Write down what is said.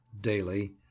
daily